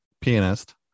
pianist